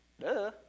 Duh